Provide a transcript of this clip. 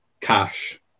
cash